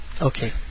Okay